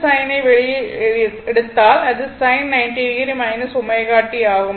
sin ஐ வெளியே எடுத்தால் அது sin 90 o ω t ஆகும்